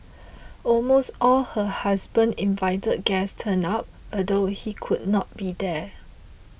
almost all her husband invited guest turned up although he could not be there